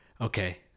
okay